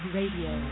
Radio